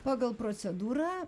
pagal procedūrą